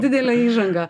didelė įžanga